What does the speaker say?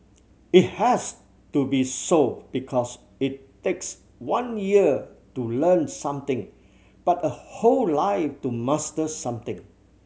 it has to be so because it takes one year to learn something but a whole life to master something